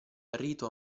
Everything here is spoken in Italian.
rito